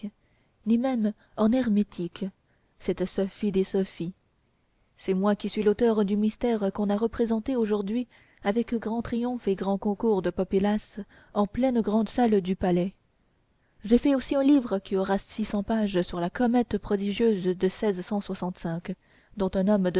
même en hermétique cette sophie des sophies c'est moi qui suis l'auteur du mystère qu'on a représenté aujourd'hui avec grand triomphe et grand concours de populace en pleine grand salle du palais j'ai fait aussi un livre qui aura six cents pages sur la comète prodigieuse de dont un homme